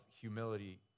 humility